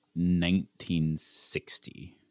1960